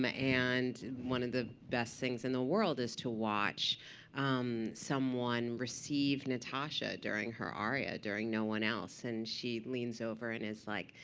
um and one of the best things in the world is to watch someone receive natasha during her area, during no one else. and she leans over and is like,